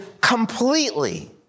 completely